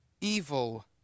Evil